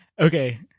Okay